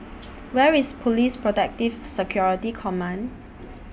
Where IS Police Protective Security Command